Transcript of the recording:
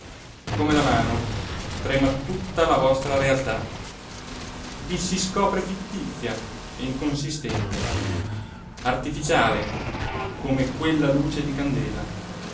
come la mano trema tutta la vostra realtà i si scopre fittizia e inconsistente artificiale come quella luce di candela